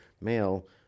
male